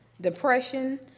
depression